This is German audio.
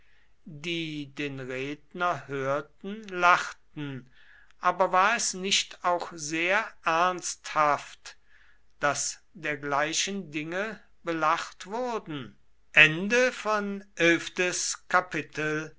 die den redner hörten lachten aber war es nicht auch sehr ernsthaft daß dergleichen dinge belacht wurden